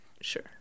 Sure